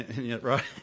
Right